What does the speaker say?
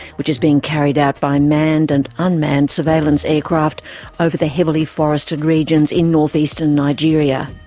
which is being carried out by manned and unmanned surveillance aircraft over the heavily forested regions in north-eastern nigeria.